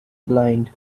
blind